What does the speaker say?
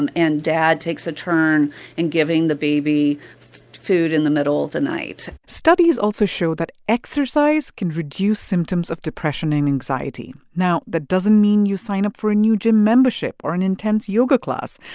and and dad takes a turn in and giving the baby food in the middle of the night studies also show that exercise can reduce symptoms of depression and anxiety. now, that doesn't mean you sign up for a new gym membership or an intense yoga class.